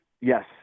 Yes